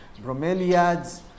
bromeliads